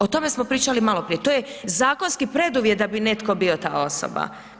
O tome smo pričali maloprije, to je zakonski preduvjet da bi netko bio ta osoba.